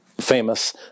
famous